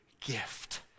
gift